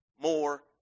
more